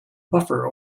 buffer